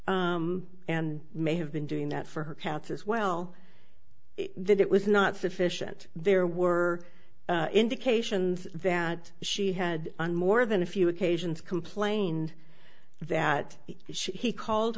and may have been doing that for her cats as well that it was not sufficient there were indications that she had on more than a few occasions complained that she he call